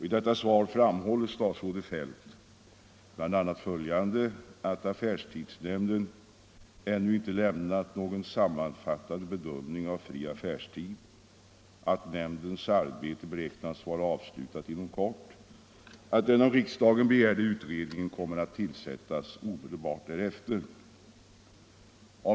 I detta svar framhöll statsrådet Feldt bl.a. att affärstidsnämnden ännu inte lämnat någon sammanfattande bedömning av verkan av fri affärstid, att nämndens arbete beräknas vara avslutat inom kort och att den av riksdagen begärda ut redningen kommer att tillsättas omedelbart därefter.